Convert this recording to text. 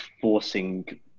forcing